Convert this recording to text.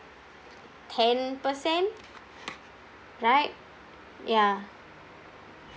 ten percent right ya